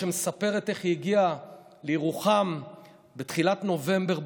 שמספרת איך היא הגיעה לירוחם בתחילת נובמבר,